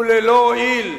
וללא הועיל,